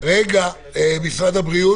משרד הבריאות.